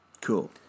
Cool